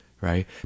right